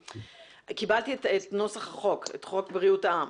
קיבלתי את נוסח חוק בריאות העם,